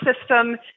system